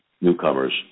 newcomers